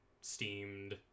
steamed